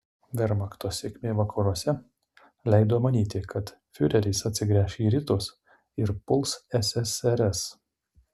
vermachto sėkmė vakaruose leido manyti kad fiureris atsigręš į rytus ir puls ssrs